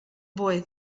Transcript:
boy